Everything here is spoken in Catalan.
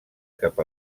cap